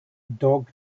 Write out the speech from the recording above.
dog